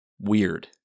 weird